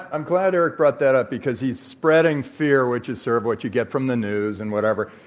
i'm glad eric brought that up, because he's spreading fear, which is sort of what you get from the news and whatever.